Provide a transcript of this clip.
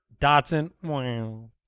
Dotson